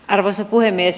arvoisa puhemies